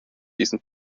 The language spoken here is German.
diesen